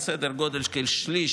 סדר גודל של כשליש,